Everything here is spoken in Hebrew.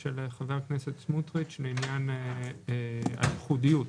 של חבר הכנסת סמוטריץ' בעניין הייחודיות.